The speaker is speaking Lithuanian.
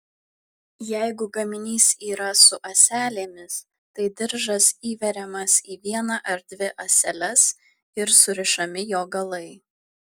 jeigu gaminys yra su ąselėmis tai diržas įveriamas į vieną ar dvi ąseles ir surišami jo galai